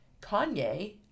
Kanye